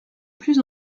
plus